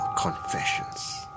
Confessions